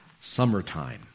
Summertime